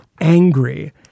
angry